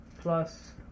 Plus